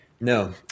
No